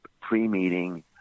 pre-meeting